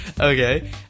Okay